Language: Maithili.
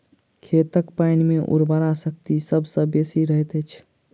खेतक पाइन मे उर्वरा शक्ति सभ सॅ बेसी रहैत अछि